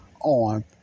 on